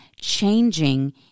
changing